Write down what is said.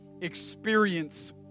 experience